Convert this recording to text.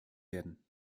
werden